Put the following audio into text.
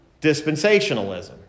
dispensationalism